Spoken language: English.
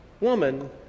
woman